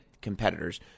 competitors